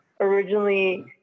originally